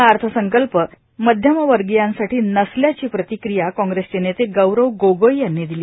हा अर्थसंकल्प मध्यम वर्गीयांसाठी नसल्याची प्रतिक्रिया कांग्रेसचे नेते गौरव गोगोई यांनी दिली